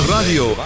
Radio